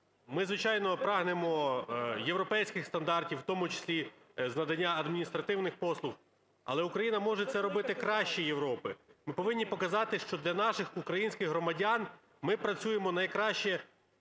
ми звичайно прагнемо європейських стандартів, в тому числі з надання адміністративних послуг. Але Україна може це робити краще Європи. Ми повинні показати, що для наших українських громадян ми працюємо найкраще